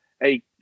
Hey